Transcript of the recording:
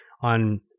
on